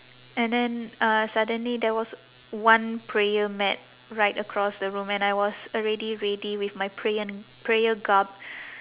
and then uh suddenly there was one prayer mat right across the room and I was already ready with my prayer prayer garb